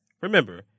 Remember